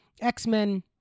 X-Men